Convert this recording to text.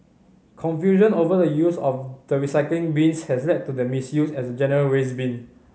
confusion over the use of the recycling bins has led to their misuse as a general waste bin